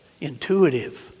intuitive